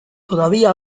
todavía